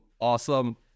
Awesome